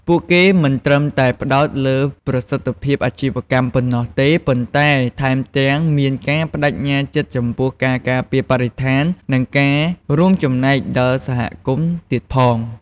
ពួកគេមិនត្រឹមតែផ្តោតលើប្រសិទ្ធភាពអាជីវកម្មប៉ុណ្ណោះទេ ប៉ុន្តែថែមទាំងមានការប្ដេជ្ញាចិត្តចំពោះការការពារបរិស្ថាន និងការរួមចំណែកដល់សហគមន៍ទៀតផង។